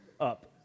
up